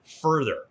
further